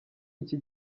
iki